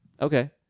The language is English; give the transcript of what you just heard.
Okay